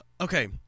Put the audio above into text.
okay